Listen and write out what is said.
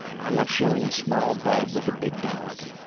i love sharing a small bed with a big dog.